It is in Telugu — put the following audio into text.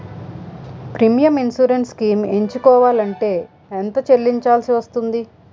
ప్రీమియం ఇన్సురెన్స్ స్కీమ్స్ ఎంచుకోవలంటే ఎంత చల్లించాల్సివస్తుంది??